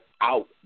out